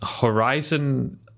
Horizon